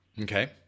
Okay